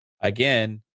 again